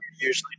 usually